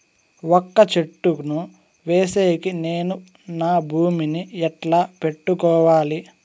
వక్క చెట్టును వేసేకి నేను నా భూమి ని ఎట్లా పెట్టుకోవాలి?